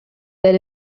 that